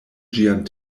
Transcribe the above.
ĝian